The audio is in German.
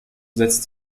setzt